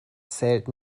zählt